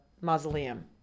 mausoleum